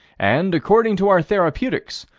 and, according to our therapeutics,